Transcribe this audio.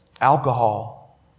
alcohol